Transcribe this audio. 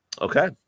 Okay